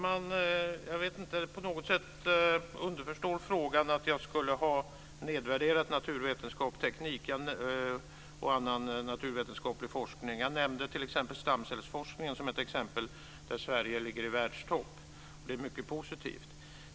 Fru talman! På något sätt finns det underförstått i frågan att jag skulle ha nedvärderat naturvetenskap, teknikämnen och annan naturvetenskaplig forskning. Jag nämnde t.ex. stamcellsforskningen som ett exempel där Sverige ligger i världstopp. Det är mycket positivt.